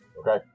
Okay